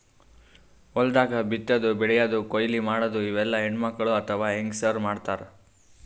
ಹೊಲ್ದಾಗ ಬಿತ್ತಾದು ಬೆಳ್ಯಾದು ಕೊಯ್ಲಿ ಮಾಡದು ಇವೆಲ್ಲ ಹೆಣ್ಣ್ಮಕ್ಕಳ್ ಅಥವಾ ಹೆಂಗಸರ್ ಮಾಡ್ತಾರ್